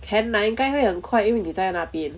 can lah 应该会很快因为你在那边